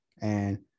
and-